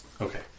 Okay